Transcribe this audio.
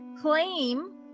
claim